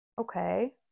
okay